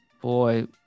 boy